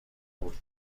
بود